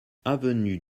avenue